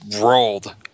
rolled